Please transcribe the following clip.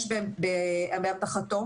יש באמתחתו,